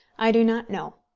i do not know.